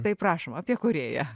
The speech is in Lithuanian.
tai prašom apie korėją